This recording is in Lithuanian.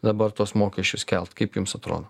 dabar tuos mokesčius kelt kaip jums atrodo